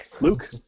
Luke